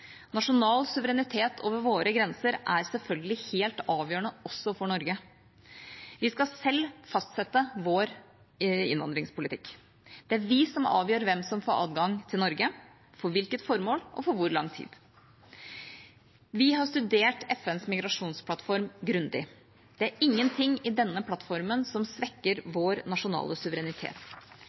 Nasjonal suverenitet over våre grenser er selvfølgelig helt avgjørende også for Norge. Vi skal selv fastsette vår innvandringspolitikk. Det er vi som avgjør hvem som får adgang til Norge, for hvilket formål og for hvor lang tid. Vi har studert FNs migrasjonsplattform grundig. Det er ingenting i denne plattformen som svekker vår nasjonale suverenitet.